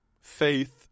Faith